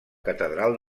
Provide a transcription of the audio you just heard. catedral